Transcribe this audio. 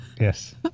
yes